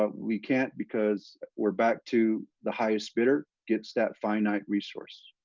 ah we can't, because we're back to the highest bidder. gets that finite resource.